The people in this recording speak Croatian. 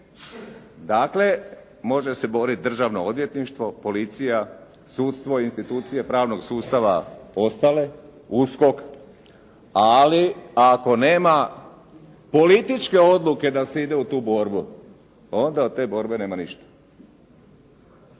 Dakle, može se boriti državno odvjetništvo, policija, sudstvo, institucije pravnog sustave, ostale, USKOK, ali ako nema političke odluke da se ide u tu borbu, onda od te borbe nema ništa.